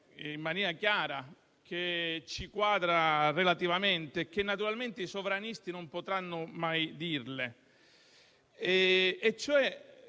in maniera chiara, che ci quadra relativamente e che naturalmente i sovranisti non potranno mai dirle.